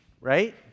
right